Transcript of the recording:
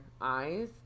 eyes